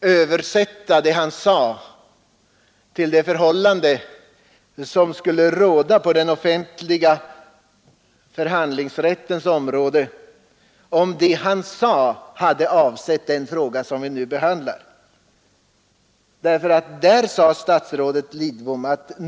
översätta det han sade till det förhållande som skulle råda på den offentliga förhandlingsrättens område, om det han sade avsett den fråga vi nu behandlar.